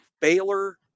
Baylor